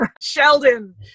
Sheldon